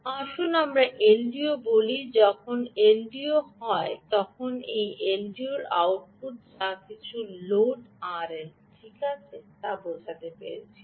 আসুন আমরা এলডিও বলি যখন এলডিও হয় তখন এলডিওর আউটপুট যা আমি কিছু লোড আরএল ঠিক আছে তা বোঝাতে পারি